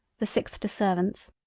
the sixth to servants,